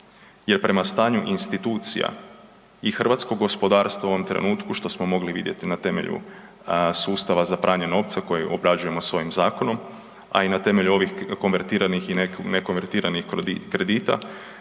jer prema stanju institucija i hrvatsko gospodarstvo u ovom trenutku što smo mogli vidjeti na temelju sustava za pranje novca koje obrađujemo s ovim zakonom, a i na temelju ovih konvertiranih i ne konvertiranih kredita